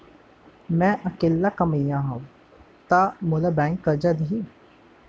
मैं अकेल्ला कमईया हव त का मोल बैंक करजा दिही?